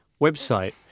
website